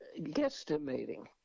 guesstimating